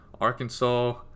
Arkansas